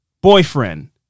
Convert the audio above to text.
Boyfriend